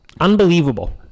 Unbelievable